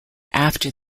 after